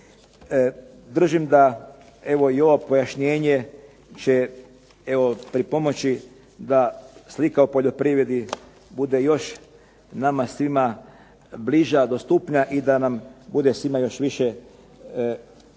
Držim da, evo i ovo pojašnjenje će evo pripomoći da slika o poljoprivredi bude još nama svima bliža, dostupnija i da nam bude svima još više izazov